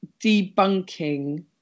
debunking